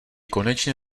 konečně